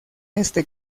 este